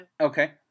okay